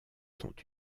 sont